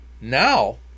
now